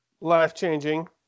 Life-changing